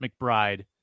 McBride